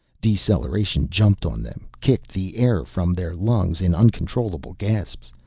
deceleration jumped on them, kicked the air from their lungs in uncontrollable gasps,